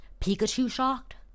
Pikachu-shocked